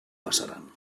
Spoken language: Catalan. passaran